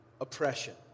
oppression